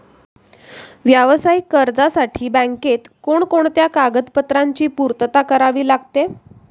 व्यावसायिक कर्जासाठी बँकेत कोणकोणत्या कागदपत्रांची पूर्तता करावी लागते?